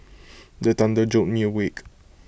the thunder jolt me awake